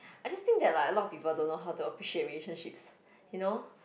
I just think that like lah a lot of people don't know how to appreciate relationships you know